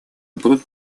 будут